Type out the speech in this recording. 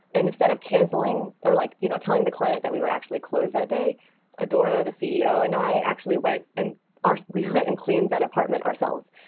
and instead of canceling, they're like you know telling the client that we were actually closed that day adora the ceo and i actually went and ah we went and clean that apartment ourselves.